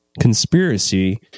conspiracy